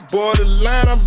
Borderline